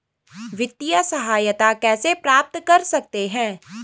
वित्तिय सहायता कैसे प्राप्त कर सकते हैं?